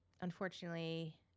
unfortunately